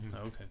okay